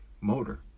motor